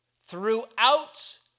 throughout